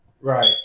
right